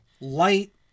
Light